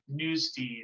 newsfeed